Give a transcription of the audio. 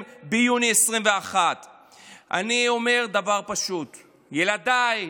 ביוני 2021. אני אומר דבר פשוט: ילדיי,